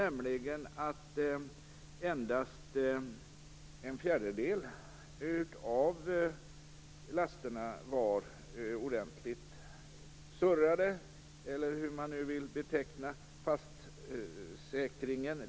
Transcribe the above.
Där framkom att endast en fjärdedel av lasterna var ordentligt surrade, eller hur man nu vill beteckna lastsäkringen.